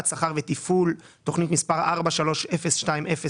הפנייה התקציבית נועדה לתקצב סך של 23,634 אלפי שקלים בהוצאה,